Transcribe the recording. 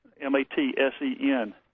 M-A-T-S-E-N